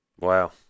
Wow